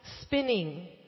spinning